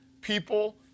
people